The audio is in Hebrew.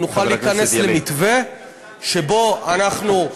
אנחנו נוכל להיכנס למתווה שבו אנחנו,